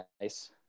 nice